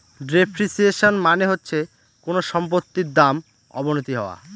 depreciation মানে হচ্ছে কোনো সম্পত্তির দাম অবনতি হওয়া